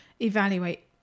evaluate